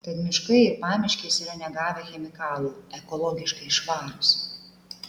tad miškai ir pamiškės yra negavę chemikalų ekologiškai švarūs